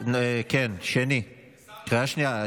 קריאה שנייה.